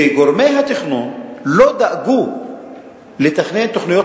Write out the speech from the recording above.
שגורמי התכנון לא דאגו לתכנן תוכניות